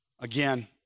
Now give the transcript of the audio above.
Again